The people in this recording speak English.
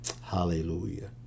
Hallelujah